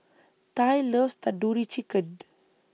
Tye loves Tandoori Chicken